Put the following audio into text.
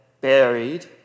buried